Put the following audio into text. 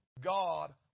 God